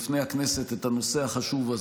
בפני הכנסת, את הנושא החשוב.